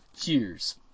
Cheers